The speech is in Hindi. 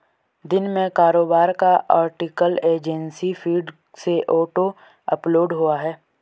दिन में कारोबार का आर्टिकल एजेंसी फीड से ऑटो अपलोड हुआ है